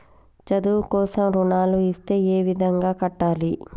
చదువు కోసం రుణాలు ఇస్తే ఏ విధంగా కట్టాలి?